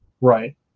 Right